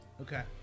okay